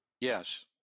Yes